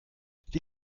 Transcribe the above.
wie